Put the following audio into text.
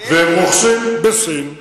והם רוכשים בסין.